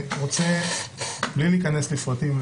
בלי להיכנס לפרטים,